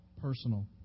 personal